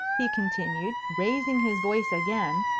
he continued, raising his voice again,